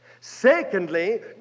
Secondly